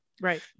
Right